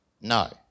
no